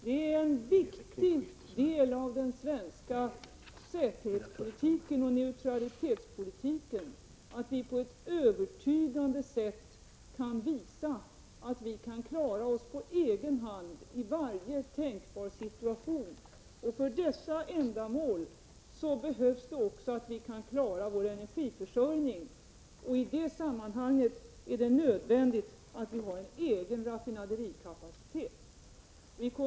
Det är en viktig del av den svenska säkerhetsoch neutralitetspolitiken att vi på ett övertygande sätt kan visa att vi kan klara oss på egen hand i varje tänkbar situation. För detta ändamål krävs att vi också kan klara vår energiförsörjning. I det sammanhanget är det nödvändigt att vi har en egen raffinaderikapacitet.